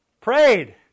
prayed